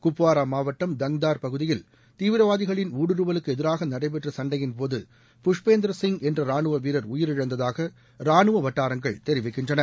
குப்வாரா மாவட்டம் தங்தார் பகுதியில் தீவிரவாதிகளின் ஊடுருவலுக்கு எதிராக நடைபெற்ற சண்டையின்போது புஷ்பேந்திர சிங் என்ற ரானுவ வீரர் உயிர் இழந்ததாக ரானுவ வட்டாரங்கள் தெரிவிக்கின்றன